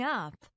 up